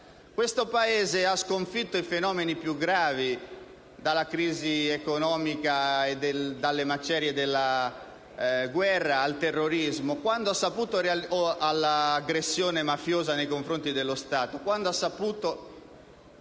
Questo Paese ha sconfitto i fenomeni più gravi, dalla crisi economica derivante dalle macerie della guerra, al terrorismo, all'aggressione mafiosa nei confronti dello Stato,